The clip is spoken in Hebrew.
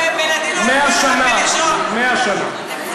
מאה שנה, מאה שנה.